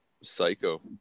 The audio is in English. Psycho